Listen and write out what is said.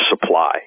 supply